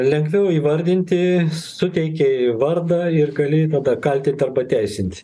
lengviau įvardinti suteikei vardą ir gali tada kaltint arba teisinti